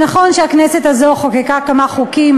נכון שהכנסת הזאת חוקקה כמה חוקים,